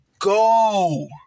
Go